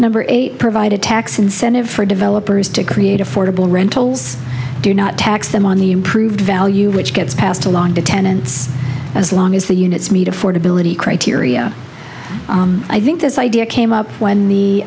number eight provide a tax incentive for developers to create affordable rentals do not tax them on the improved value which gets passed along to tenants as long as the units meet affordability criteria i think this idea came up when the